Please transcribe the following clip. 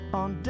on